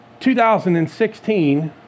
2016